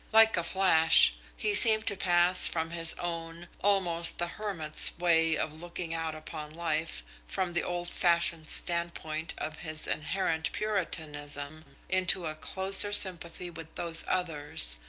like a flash he seemed to pass from his own, almost the hermit's way of looking out upon life from the old-fashioned standpoint of his inherent puritanism, into a closer sympathy with those others,